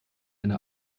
eine